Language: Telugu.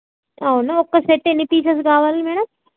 అవునా ఒక్క సెట్ ఎన్ని టీషర్ట్స్ కావాలి మేడం